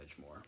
more